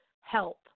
help